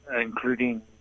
including